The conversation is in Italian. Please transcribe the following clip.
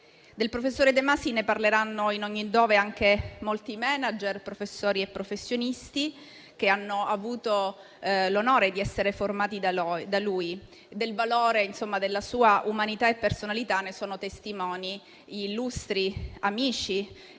Del professor De Masi parleranno in ogni luogo anche molti *manager*, professori e professionisti che hanno avuto l'onore di essere formati da lui. Del valore della sua umanità e personalità sono testimoni illustri amici